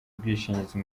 ubwishingizi